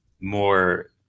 more